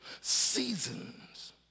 Seasons